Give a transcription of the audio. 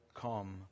come